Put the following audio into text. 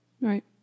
Right